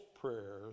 prayers